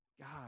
God